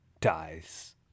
dies